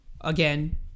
Again